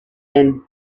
and